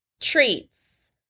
treats